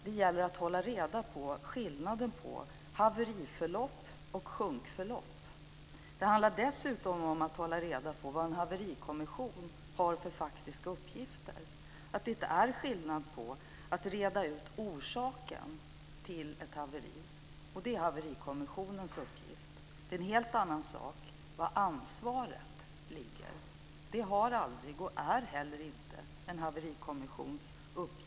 Det gäller att hålla reda på skillnaden mellan haveriförlopp och sjunkförlopp. Det handlar dessutom om att hålla reda på vad en haverikommission har för faktiska uppgifter. Att reda ut orsaken till ett haveri är Haverikommissionens uppgift. Det är en helt annan sak var ansvaret ligger. Det har aldrig varit och är inte heller en haverikommissions uppgift.